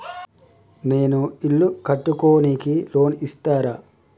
నేను ఇల్లు కట్టుకోనికి లోన్ ఇస్తరా?